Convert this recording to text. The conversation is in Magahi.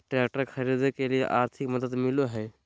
ट्रैक्टर खरीदे के लिए आर्थिक मदद मिलो है?